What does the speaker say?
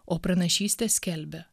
o pranašystė skelbia